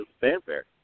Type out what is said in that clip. fanfare